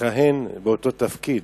לכהן באותו תפקיד.